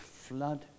Flood